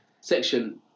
section